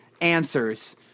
answers